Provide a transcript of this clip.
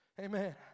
amen